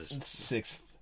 Sixth